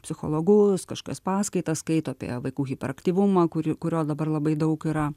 psichologus kažkas paskaitas skaito apie vaikų hiperaktyvumą kuri kurio dabar labai daug yra